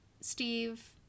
Steve